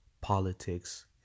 politics